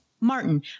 Martin